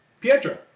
Pietro